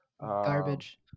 Garbage